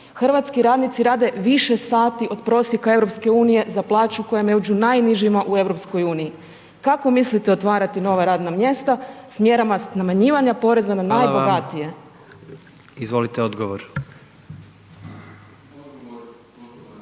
Hrvatski radnici rade više sati od prosjeka EU za plaću koja je među najnižima u EU. Kako mislite otvarati nova radna mjesta s mjerama smanjivanja poreza na najbogatije. **Jandroković,